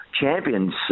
champions